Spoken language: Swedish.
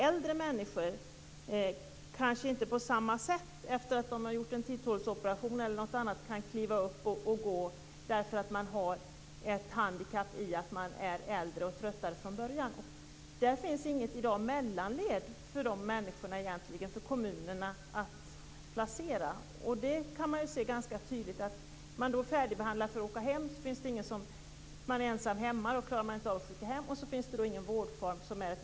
Äldre människor kanske inte på samma sätt som yngre kan kliva upp och gå efter en titthålsoperation eller något annat. Man har ett handikapp i att man är äldre och tröttare från början. Det finns egentligen inget mellanled i dag där kommunerna kan placera de människorna. Det kan man se ganska tydligt. Den som är färdigbehandlad för att åka hem men som är ensam hemma finns det ingen möjligt att skicka hem. Men det finns ingen mellanform av vård.